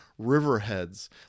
riverheads